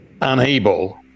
unable